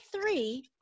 three